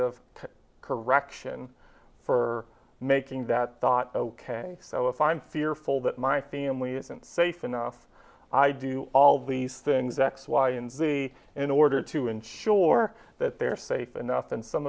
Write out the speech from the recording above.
of correction for making that ok so if i'm fearful that my family isn't safe enough i do all these things x y and z in order to ensure that they're safe enough and some